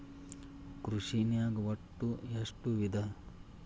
ಕೃಷಿನಾಗ್ ಒಟ್ಟ ಎಷ್ಟ ವಿಧ?